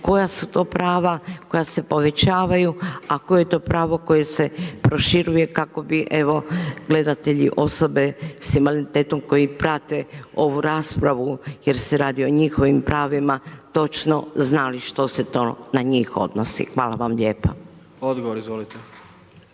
koja su to prava, koja se povećavaju, a koja to pravo koja se proširuju, kako bi evo, gledatelji, osobe s invaliditetom, koja prate ovu raspravu, jer se radi i o njihovim pravima, točno znali što se to na njih odnosi. Hvala vam lijepa. **Jandroković,